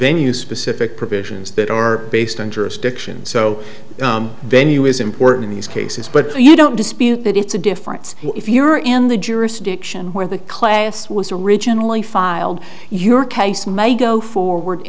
you specific provisions that are based on jurisdiction so venue is important in these cases but you don't dispute that it's a difference if you're in the jurisdiction where the class was originally filed your case may go forward